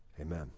Amen